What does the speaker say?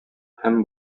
һәм